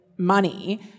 money